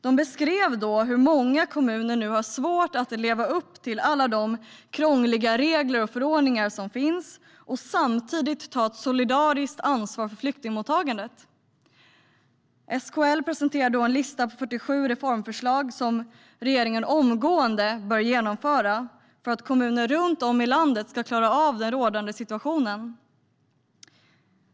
De beskrev då hur många kommuner har svårt att leva upp till alla de krångliga regler och förordningar som finns och samtidigt ta ett solidariskt ansvar för flyktingmottagandet. SKL presenterade en lista på 47 reformförslag som regeringen omgående bör genomföra för att kommuner runt om i landet ska klara av den rådande situationen.